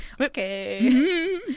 Okay